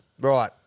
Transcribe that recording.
Right